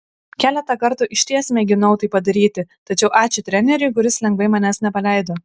keletą kartų išties mėginau tai padaryti tačiau ačiū treneriui kuris lengvai manęs nepaleido